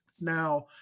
Now